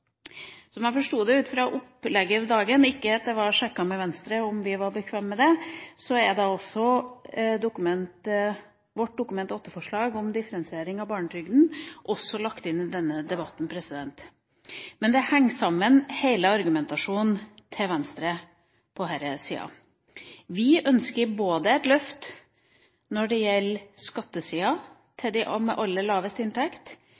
Som jeg forsto det av opplegget for dagen – det var ikke sjekket med Venstre om vi var bekvem med det – så er vårt Dokumet 8-forslag om differensiering av barnetrygden også lagt inn i denne debatten. Hele Venstres argumentasjon på denne sida henger sammen. Vi ønsker både et løft på skattesida til dem med aller lavest inntekt, og vi ønsker å gjøre noe med SIFO-satsene når det gjelder